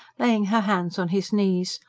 laying her hands on his knees.